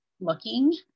looking